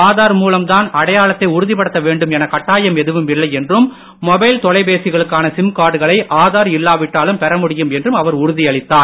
ஆதார் மூலம் தான் அடையாளத்தை உறுதிப்படுத்த வேண்டும் என கட்டாயம் எதுவும் இல்லை என்றும் மொபைல் தொலைபேசிகளுக்கான சிம் கார்டுகளை ஆதார் இல்லாவிட்டாலும் பெற முடியும் என்றும் அவர் உறுதியளித்தார்